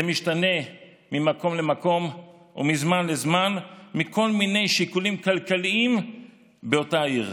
זה משתנה ממקום למקום ומזמן לזמן מכל מיני שיקולים כלכליים באותה עיר.